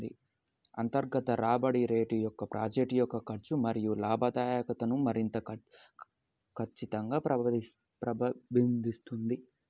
అంతర్గత రాబడి రేటు ప్రాజెక్ట్ యొక్క ఖర్చు మరియు లాభదాయకతను మరింత ఖచ్చితంగా ప్రతిబింబిస్తుంది